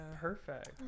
perfect